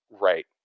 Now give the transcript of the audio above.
right